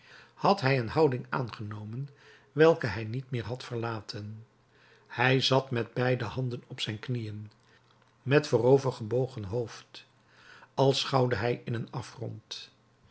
had hij een houding aangenomen welke hij niet meer had verlaten hij zat met beide handen op zijn knieën met voorover gebogen hoofd als schouwde hij in een afgrond